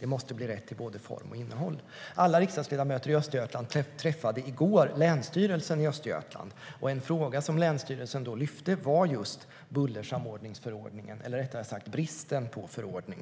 Det måste bli rätt till både form och innehåll. Alla riksdagsledamöter i Östergötland träffade i går Länsstyrelsen i Östergötland. En fråga som länsstyrelsen då lyfte var just bullersamordningsförordningen eller, rättare sagt, bristen på förordning.